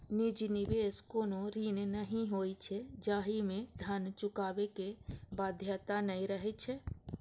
निजी निवेश कोनो ऋण नहि होइ छै, जाहि मे धन चुकाबै के बाध्यता नै रहै छै